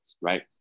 right